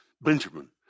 Benjamin